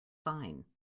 fine